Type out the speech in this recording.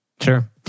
Sure